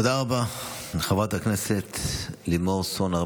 תודה רבה לחברת הכנסת לימור סון הר